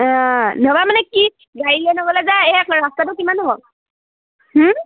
মানে কি গাড়ী লৈ যাবলৈ যে এই ৰাস্তাটো কিমান হ'ব